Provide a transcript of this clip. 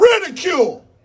ridicule